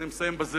אני מסיים בזה,